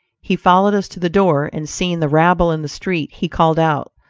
he followed us to the door, and seeing the rabble in the street, he called out,